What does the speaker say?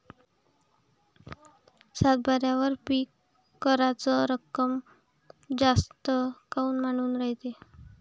सातबाऱ्यावर बँक कराच रक्कम जास्त काऊन मांडून ठेवते?